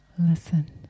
Listen